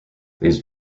these